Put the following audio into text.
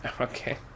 Okay